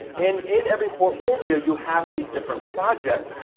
and in every portfolio you have these different projects,